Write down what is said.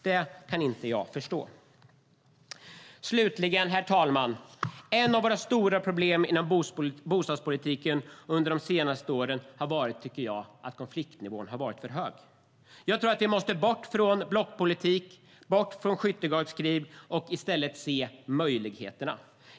Det kan jag inte förstå. Fru talman! Ett av våra stora problem inom bostadspolitiken under de senaste åren har varit att konfliktnivån varit för hög. Vi måste bort från blockpolitik och skyttegravskrig och i stället se möjligheterna.